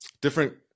different